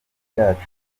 ryacu